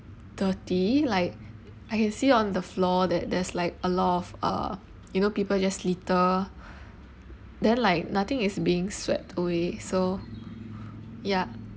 dirty like I can see on the floor that there's like a lot of uh you know people just litter then like nothing is being swept away so ya